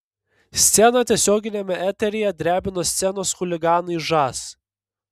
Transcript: sceną tiesioginiame eteryje drebino scenos chuliganai žas